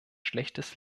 schlechtes